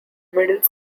middle